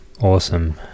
awesome